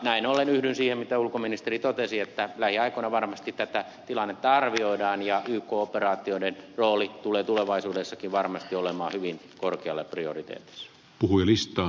näin ollen yhdyn siihen mitä ulkoministeri totesi että lähiaikoina varmasti tätä tilannetta arvioidaan ja yk operaatioiden rooli tulee tulevaisuudessakin varmasti olemaan hyvin korkealla prioriteetissa